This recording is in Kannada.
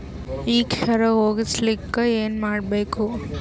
ಈ ಕ್ಷಾರ ಹೋಗಸಲಿಕ್ಕ ಏನ ಮಾಡಬೇಕು?